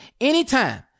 anytime